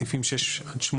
סעיפים 6 עד 8